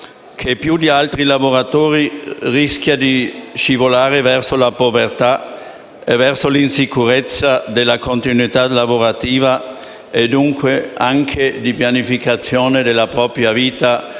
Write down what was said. che più di altre rischia di scivolare verso la povertà e verso l’insicurezza della continuità lavorativa e, dunque, anche nella pianificazione della propria vita